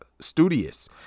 Studious